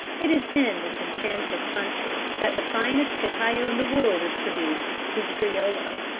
it is in this enchanted country that the finest cacao in the world is produced the criollo,